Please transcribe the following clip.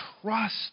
trust